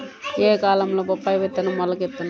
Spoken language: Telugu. ఏ కాలంలో బొప్పాయి విత్తనం మొలకెత్తును?